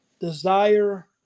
desire